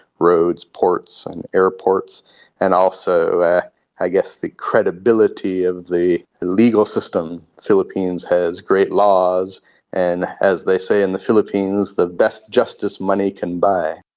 roads, ports and airports and also i guess the credibility of the legal system. the has great laws and, as they say in the philippines, the best justice money can buy.